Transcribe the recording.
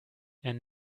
and